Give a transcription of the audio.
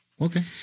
Okay